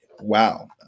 Wow